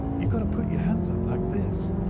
you've got to put your hands up like this.